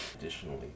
additionally